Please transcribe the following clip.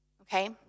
Okay